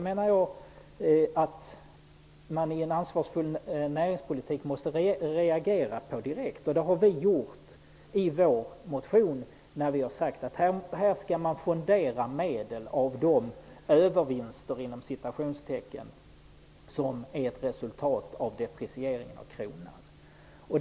I en ansvarsfull näringspolitik måste man reagera direkt. Det har vi gjort i vår motion, där vi har sagt att vi skall fundera över de ''övervinster'' som är ett resultat av deprecieringen av kronan.